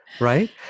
Right